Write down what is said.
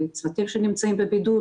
צוותים שנמצאים בבידוד,